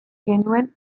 genuen